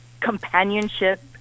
companionship